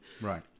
Right